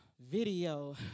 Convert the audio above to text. video